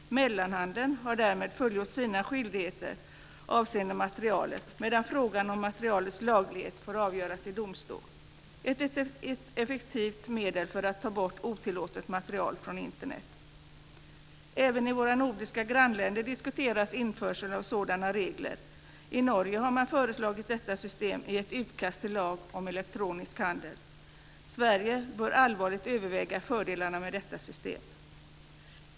Mellanhanden har därmed fullgjort sina skyldigheter avseende materialet, medan frågan om materialets laglighet får avgöras i domstol - ett effektivt medel för att ta bort otillåtet material från Internet. Även i våra nordiska grannländer diskuteras införseln av sådana regler. I Norge har man föreslagit detta system i ett utkast till lag om elektronisk handel. Sverige bör allvarligt överväga fördelarna med detta system.